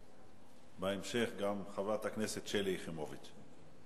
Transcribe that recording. ובהמשך גם חברת הכנסת שלי יחימוביץ.